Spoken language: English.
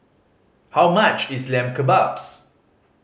how much is Lamb Kebabs